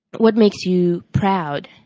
what makes you proud.